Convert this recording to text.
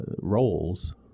roles